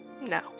no